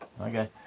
Okay